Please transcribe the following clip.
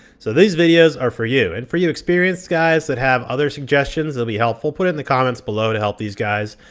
so these videos are for you. and for you experienced guys that have other suggestions that would be helpful, put it in the comments below to help these guys.